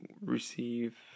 receive